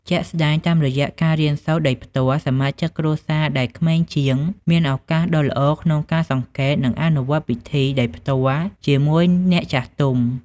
ជាក់ស្តែង តាមរយៈ ការរៀនសូត្រដោយផ្ទាល់ សមាជិកគ្រួសារដែលក្មេងជាង មានឱកាសដ៏ល្អក្នុងការសង្កេត និងអនុវត្តពិធីដោយផ្ទាល់ជាមួយអ្នកចាស់ទុំ។